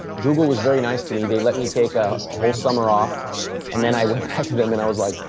google was very nice to me. they let me take a whole summer off and then i went back to them and i was like,